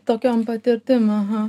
tokiom patirtim aha